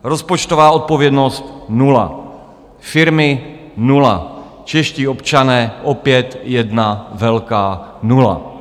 Rozpočtová odpovědnost nula, firmy nula, čeští občané opět jedna velká nula.